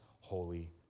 Holy